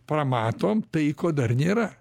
pamatom tai ko dar nėra